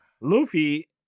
Luffy